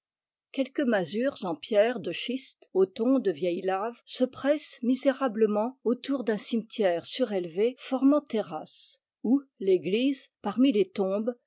quelques masures en pierres de schiste aux tons de vieilles laves se pressent misérablement autour d'un cimetière surélevé formant terrasse où l'église parmi les tombes